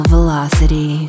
Velocity